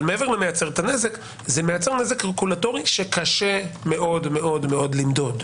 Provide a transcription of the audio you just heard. אבל מעבר למייצר נזק זה מייצר נזק רגולטורי שקשה מאוד מאוד למדוד.